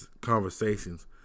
conversations